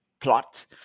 plot